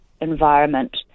environment